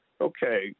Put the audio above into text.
Okay